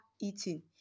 eating